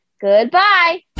Goodbye